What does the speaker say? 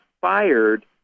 fired